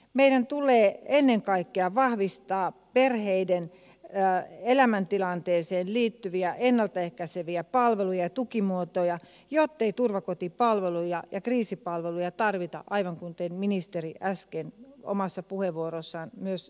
meidän tulee ennen kaikkea vahvistaa perheiden elämäntilanteeseen liittyviä ennalta ehkäiseviä palveluja ja tukimuotoja jottei turvakotipalveluja ja kriisipalveluja tarvita aivan kuten ministeri äsken omassa puheenvuorossaan myös totesi